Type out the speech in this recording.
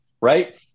right